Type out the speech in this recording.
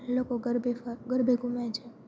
લોકો ગરબે ગરબે ઘુમે છે